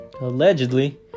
Allegedly